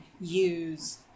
use